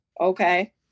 Okay